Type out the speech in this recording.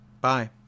Bye